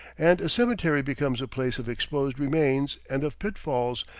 and a cemetery becomes a place of exposed remains and of pitfalls,